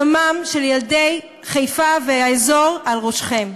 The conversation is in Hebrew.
דמם של ילדי חיפה והאזור על ראשכם.